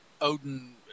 Odin